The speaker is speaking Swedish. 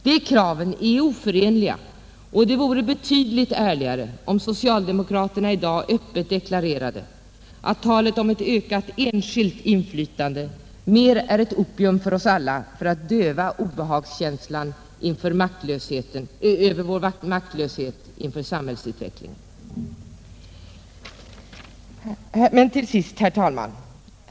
De kraven är oförenliga, och det vore betydligt ärligare om socialdemokraterna i dag öppet deklarerade, att talet om ett ökat enskilt inflytande mer är ett opium för oss alla för att döva obehagskänslan över vår maktlöshet inför samhällsutvecklingen. Till sist, herr talman!